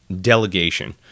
delegation